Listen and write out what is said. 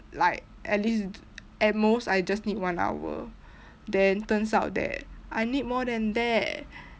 like at least at most I just need one hour then turns out that I need more than that